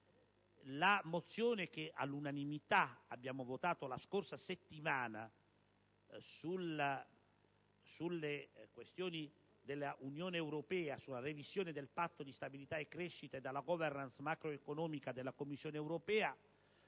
La mozione che abbiamo votato la scorsa settimana sulle questioni dell'Unione europea, sulla revisione del Patto di stabilità e crescita e della *governance* macroeconomica della Commissione europea